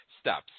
steps